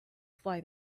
fly